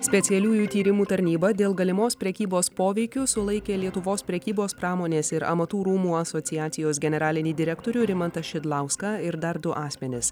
specialiųjų tyrimų tarnyba dėl galimos prekybos poveikiu sulaikė lietuvos prekybos pramonės ir amatų rūmų asociacijos generalinį direktorių rimantą šidlauską ir dar du asmenis